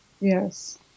Yes